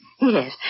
Yes